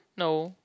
no